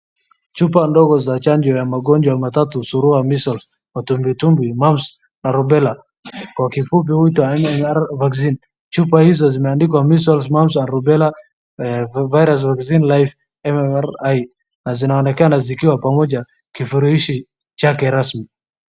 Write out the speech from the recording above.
Chupa ndogo za chanjo ya magonjwa matatu surua ( measles ), matumbwitumbwi ( mumps ) na rubela. Kwa kifupi huitwa MMR vaccine . Chupa hizo zimeandikwa Measles, Mumps, and Rubella Virus Vaccine Live, MMR II na zinaonekana zikiwa pamoja, kifurushi chake rasmi.